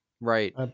right